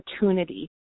opportunity